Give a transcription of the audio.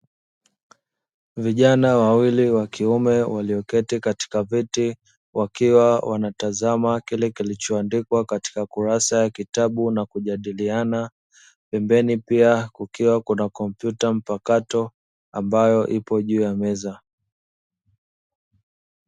Vijana wawili wa kiume walioketi katika viti wakiwa wanatazama kile kilichoandikwa katika kurasa ya kitabu na kujadiliana, pembeni pia kukiwa na kompyuta mpakato ambayo ipo juu ya meza.